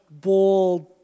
bold